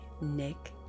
Nick